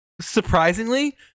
surprisingly